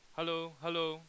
hello hello